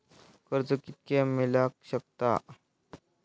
कर्ज कितक्या मेलाक शकता?